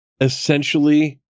essentially